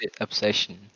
obsession